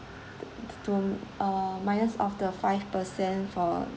the to um minus off the five percent for